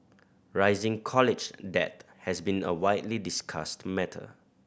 rising college debt has been a widely discussed matter